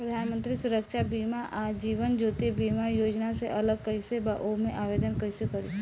प्रधानमंत्री सुरक्षा बीमा आ जीवन ज्योति बीमा योजना से अलग कईसे बा ओमे आवदेन कईसे करी?